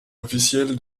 officielle